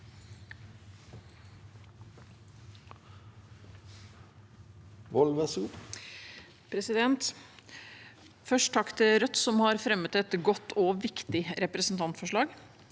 Først takk til Rødt, som har fremmet et godt og viktig representantforslag.